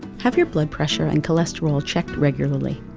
have your blood pressure and cholesterol checked regularly,